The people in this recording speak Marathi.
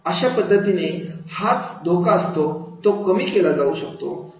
अशा पद्धतीने हाच धोका असतो तो कमी केला जाऊ शकतो